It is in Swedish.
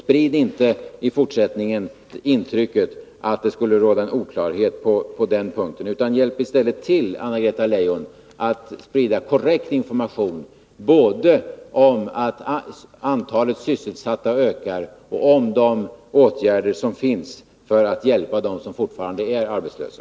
Sprid inte i fortsättningen intrycket att det skulle råda oklarhet på den punkten, utan hjälp i stället till att sprida korrekt information, Anna-Greta Leijon, både om att antalet sysselsatta ökar och om de åtgärder som vidtas för att hjälpa dem som fortfarande är arbetslösa.